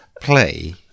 play